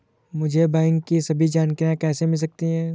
मुझे बैंकों की सभी जानकारियाँ कैसे मिल सकती हैं?